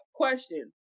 question